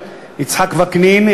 יצחק וקנין,